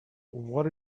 what